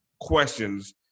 questions